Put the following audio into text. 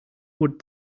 would